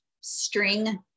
string